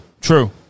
True